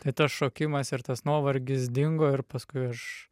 tai tas šokimas ir tas nuovargis dingo ir paskui aš